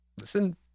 Listen